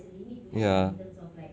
ya